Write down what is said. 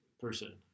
person